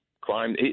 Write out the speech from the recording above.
crime